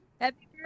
Happy